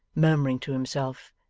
murmuring to himself,